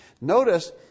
Notice